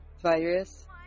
Virus